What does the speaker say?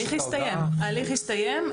ההליך הסתיים.